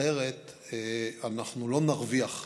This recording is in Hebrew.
אחרת אנחנו לא נרוויח,